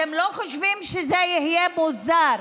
אתם לא חושבים שזה יהיה מוזר